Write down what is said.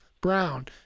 Brown—